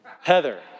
Heather